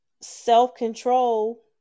self-control